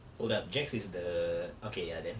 hold up jack's is the okay ya then